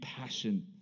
passion